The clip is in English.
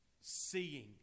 seeing